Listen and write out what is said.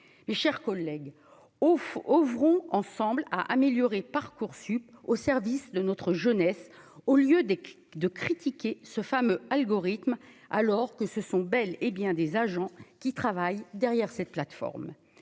mes chers collègues of au front ensemble à améliorer Parcoursup au service de notre jeunesse, au lieu des 2 critiquer ce fameux algorithme alors que ce sont bel et bien des agents qui travaillent derrière cette plateforme.